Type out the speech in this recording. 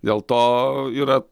dėl to yra